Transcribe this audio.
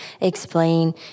explain